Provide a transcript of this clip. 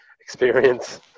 experience